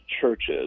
churches